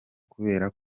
kubera